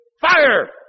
fire